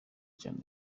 cyane